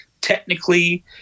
technically